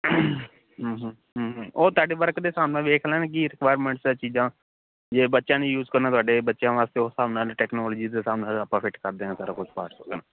ਹਮ ਹਮ ਹਮ ਹਮ ਉਹ ਤੁਹਾਡੇ ਵਰਕ ਦੇ ਸਾਹਿਬ ਨਾਲ ਵੇਖ ਲੈਣ ਕੀ ਰਿਕੁਐਰਮੈਂਟਸ ਹੈ ਚੀਜ਼ਾਂ ਜੇ ਬੱਚਿਆਂ ਨੇ ਯੂਜ ਕਰਨਾ ਤੁਹਾਡੇ ਬੱਚਿਆਂ ਵਾਸਤੇ ਉਸ ਸਾਹਿਬ ਨਾਲ ਟੈਕਨੋਲਜੀ ਦੇ ਸਾਹਿਬ ਨਾਲ ਆਪਾਂ ਫਿੱਟ ਕਰ ਦਵਾਂਗੇ ਸਾਰਾ ਕੁਛ